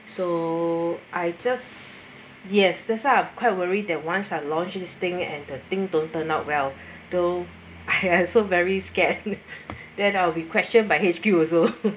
so I just yes that's why I'm quite worry that once we're launched this thing and the thing don't turn out well though I also very scared then I'll be questioned by H_Q also